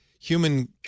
human